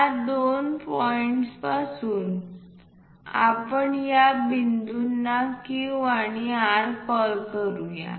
या दोन पॉईंट्स पासून आपण या बिंदूंना Q आणि R कॉल करूया